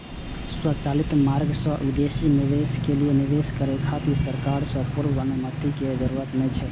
स्वचालित मार्ग सं विदेशी निवेशक कें निवेश करै खातिर सरकार सं पूर्व अनुमति के जरूरत नै छै